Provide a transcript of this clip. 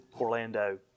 Orlando